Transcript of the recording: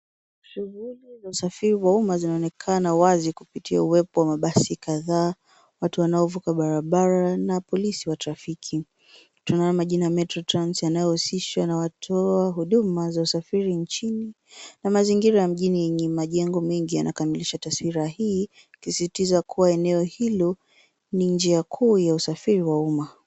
Shughuli za usafiri wa umma zinaonekana wazi kupitia uwepo wa mabasi kadhaa, watu wanaovuka barabara na polisi wa trafiki. Tunaona majina Metro Trans yanayohusishwa na watoa huduma za usafiri nchini na mazingira ya mjini yenye majengo mengi yanakamilisha taswira hii ikisisitiza kuwa eneo hilo ni njia kuu ya usafiri wa umma.